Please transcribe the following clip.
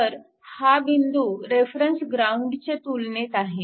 तर हा बिंदू रेफरन्स ग्राउंडच्या तुलनेत आहे